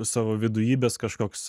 savo vidujybės kažkoks